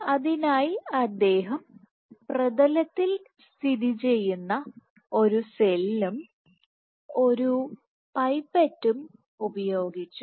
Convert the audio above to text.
അതിനായി അദ്ദേഹം പ്രതലത്തിൽ സ്ഥിതിചെയ്യുന്ന ഒരു സെല്ലും ഒരു പൈപ്പറ്റും ഉപയോഗിച്ചു